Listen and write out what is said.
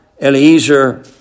Eliezer